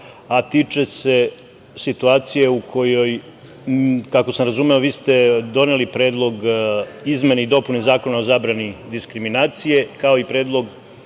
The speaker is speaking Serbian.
a tiče se situacije u kojoj, kako sam razumeo, vi ste doneli Predlog izmene i dopune Zakona o zabrani diskriminacije, kao i Predlog